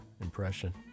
impression